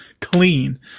clean